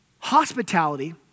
Hospitality